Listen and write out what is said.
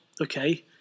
Okay